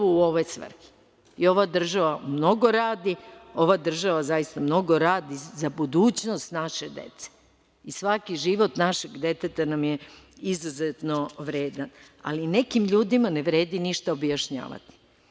Ova država mnogo radi, ova država zaista mnogo radi za budućnost naše dece i svaki život našeg deteta nam je izuzetno vredan, ali nekim ljudima ne vredi ništa objašnjavati.